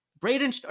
Braden